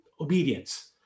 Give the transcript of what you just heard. obedience